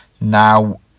Now